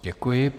Děkuji.